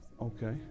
Okay